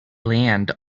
land